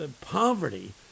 poverty